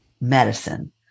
medicine